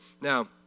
Now